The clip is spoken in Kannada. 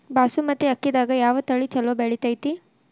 ಬಾಸುಮತಿ ಅಕ್ಕಿದಾಗ ಯಾವ ತಳಿ ಛಲೋ ಬೆಳಿತೈತಿ?